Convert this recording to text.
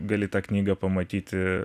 gali tą knygą pamatyti